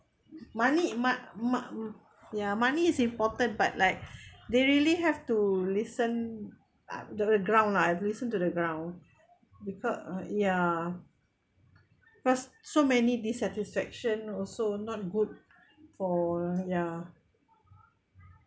money mo~ mo~ ya money is important but like they really have to listen uh the ground lah listen to the ground because uh ya cause so many dissatisfaction also not good for ya